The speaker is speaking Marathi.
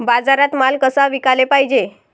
बाजारात माल कसा विकाले पायजे?